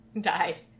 died